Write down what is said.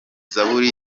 zaburi